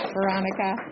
Veronica